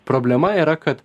problema yra kad